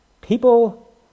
People